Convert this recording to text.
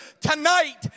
tonight